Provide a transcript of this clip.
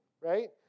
right